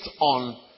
on